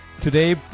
today